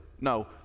No